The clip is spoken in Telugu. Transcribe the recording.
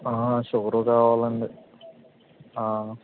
షుగరు కావాలండి